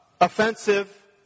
offensive